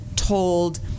told